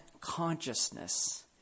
consciousness